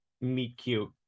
meet-cute